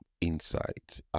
insights